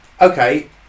okay